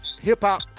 hip-hop